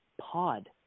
Pod